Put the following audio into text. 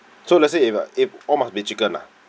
so let's say if uh if all must be chicken ah